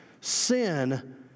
Sin